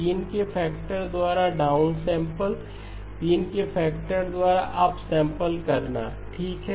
3 के फैक्टर द्वारा down sample 3 के फैक्टर के द्वारा अप सैंपल करना ठीक है